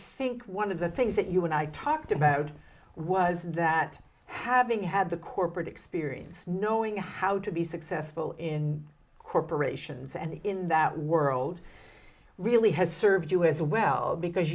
think one of the things that you and i talked about was that having had the corporate experience knowing how to be successful in corporations and in that world really has served us well because